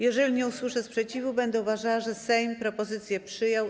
Jeżeli nie usłyszę sprzeciwu, będę uważała, że Sejm propozycję przyjął.